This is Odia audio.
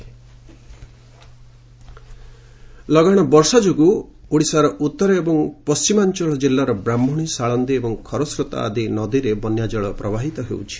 ଓଡ଼ିଶା ଫ୍ଲୁଡ୍ ଲଗାଣ ବର୍ଷା ଯୋଗୁଁ ଓଡ଼ିଶାର ଉତ୍ତର ଏବଂ ପଣ୍ଢିମାଞ୍ଚଳ ଜିଲ୍ଲାର ବ୍ରାହ୍ମଣୀ ସାଳନ୍ଦୀ ଏବଂ ଖରସ୍ରୋତା ଆଦି ନଦୀରେ ବନ୍ୟା ଜଳ ପ୍ରବାହିତ ହେଉଛି